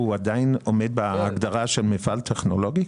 הוא עדיין עומד בהגדרה של מפעל טכנולוגי?